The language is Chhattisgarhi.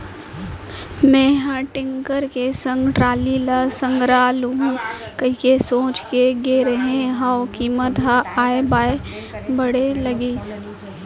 मेंहा टेक्टर के संग टराली ल संघरा लुहूं कहिके सोच के गे रेहे हंव कीमत ह ऑय बॉय बाढ़े लगिस